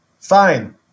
fine